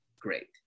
great